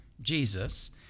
Jesus